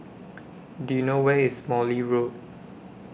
Do YOU know Where IS Morley Road